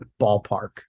ballpark